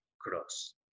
cross